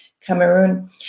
Cameroon